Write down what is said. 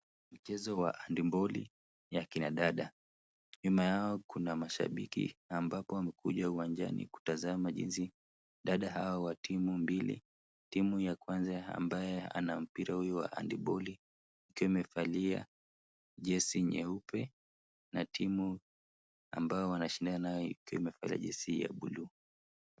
Mchezo wa handiboli ya kina dada. Nyuma yao kuna mashabiki ambapo wamekuja uwanjani kutazama jinsi dada hawa wa timu mbili. Timu ya kwanza ya ambayo ana mpira huo wa handiboli , ikiwa imevalia jezi nyeupe na timu ambayo wanashindana nayo ikiwa imevalia jezi ya buluu.